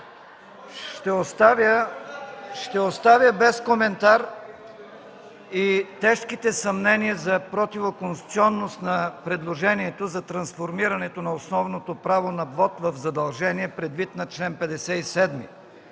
Ще оставя без коментар и тежките съмнения за противоконституционност на предложението за трансформирането на основното право на вот в задължение, предвид на чл. 57